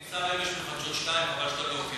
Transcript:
פורסם אמש בחדשות 2, חבל שאתה לא עוקב.